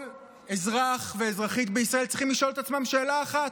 כל אזרח ואזרחית בישראל צריכים לשאול את עצמם שאלה אחת: